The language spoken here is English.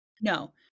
No